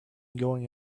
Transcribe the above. going